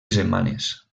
setmanes